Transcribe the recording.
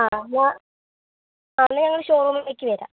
ആ ഞാൻ നിങ്ങളെ ഷോറൂമിലേക്കു വരാം